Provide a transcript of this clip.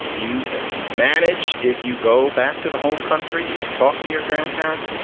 you can manage if you go back to the home country, you can talk to your grandparents,